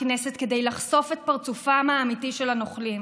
כנסת כדי לחשוף את פרצופם האמיתי של הנוכלים.